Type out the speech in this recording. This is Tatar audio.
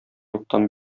юктан